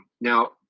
now